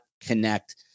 connect